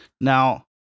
Now